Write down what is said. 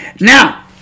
Now